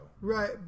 Right